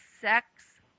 sex